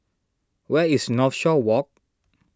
where is Northshore Walk